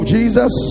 Jesus